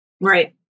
Right